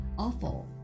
awful